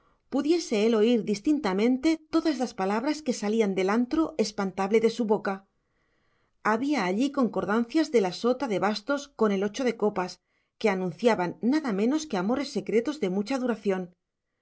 pudiese él oír distintamente todas las palabras que salían del antro espantable de su boca había allí concordancias de la sota de bastos con el ocho de copas que anunciaban nada menos que amores secretos de mucha duración